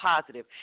positive